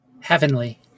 heavenly